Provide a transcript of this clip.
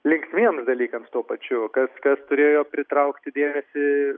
linksmiems dalykams tuo pačiu kas kas turėjo pritraukti dėmesį